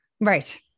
right